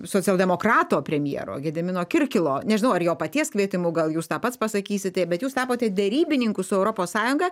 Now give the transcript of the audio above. socialdemokrato premjero gedimino kirkilo nežinau ar jo paties kvietimu gal jūs tą pats pasakysite bet jūs tapote derybininku su europos sąjunga